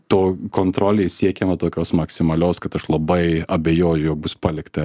to kontrolei siekiama tokios maksimalios kad aš labai abejoju jog bus palikta